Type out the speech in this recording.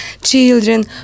children